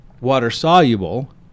water-soluble